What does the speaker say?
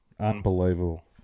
Unbelievable